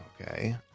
Okay